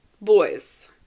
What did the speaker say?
Boys